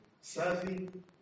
serving